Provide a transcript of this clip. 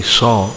saw